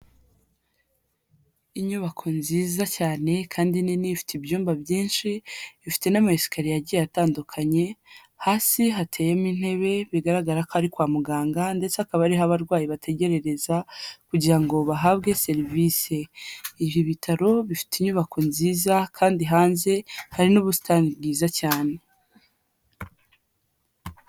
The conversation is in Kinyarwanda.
Inyubako nziza cyane kandi nini ifite ibyumba byinshi, ifite n'ama esikariye agiye atandukanye, hashi hateyemo intebe bigaragara ko ari kwa muganga ndetse akaba ariho abarwayi bategerereza kugira ngo bahabwe serivisi, ibi bitaro bifite inyubako nziza kandi hanze hari n'ubusitani bwiza cyane.